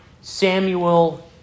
Samuel